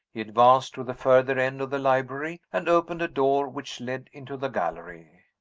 he advanced to the further end of the library, and opened a door which led into the gallery.